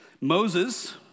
Moses